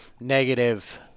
negative